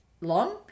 long